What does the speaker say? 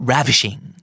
Ravishing